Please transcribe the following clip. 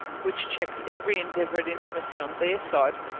which checked every endeavour at intimacy on their side,